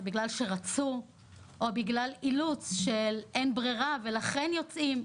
בגלל שרצו או בגלל אילוץ של אין ברירה ולכן יוצאים.